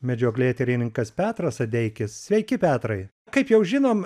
medžioklėtyrininkas petras adeikis sveiki petrai kaip jau žinom